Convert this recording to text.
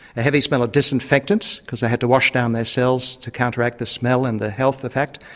a heavy smell of disinfectant because they had to wash down their cells to counteract the smell and the health effect,